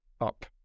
up